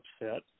upset